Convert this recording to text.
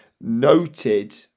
noted